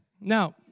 Now